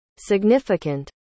significant